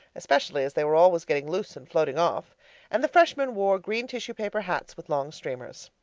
especially as they were always getting loose and floating off and the freshmen wore green tissue-paper hats with long streamers.